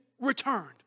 returned